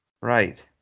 Right